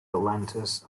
atlantis